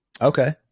Okay